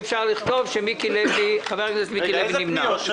אפשר לכתוב שחבר הכנסת מיקי לוי נמנע.